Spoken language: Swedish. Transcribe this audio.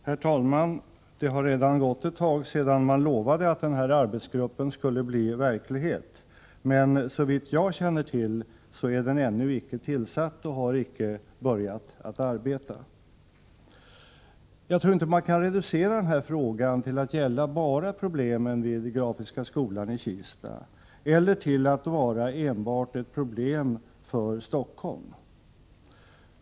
Herr talman! Det har redan gått ett tag sedan man lovade att denna arbetsgrupp skulle bli verklighet, men såvitt jag känner till är den ännu icke tillsatt och har icke börjat att arbeta. Jag tror inte att man kan reducera denna fråga till att gälla bara förhållandena vid Grafiska skolan i Kista eller till att vara ett problem enbart för Stockholm.